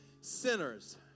sinners